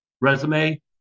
resume